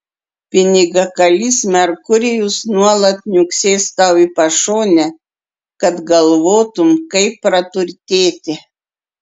pinigakalys merkurijus nuolat niuksės tau į pašonę kad galvotum kaip praturtėti